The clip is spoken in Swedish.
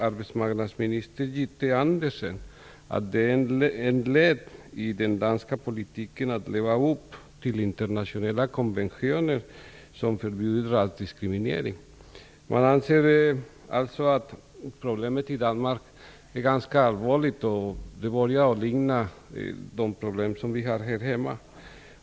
Arbetsmarknadsminister Jytte Andersen säger att det är ett led i den danska politiken att leva upp till internationella konventioner som förbjuder all diskriminering. Man anser att problemen är ganska allvarliga i Danmark. Det börjar likna de problem vi har här hemma.